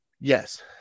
Yes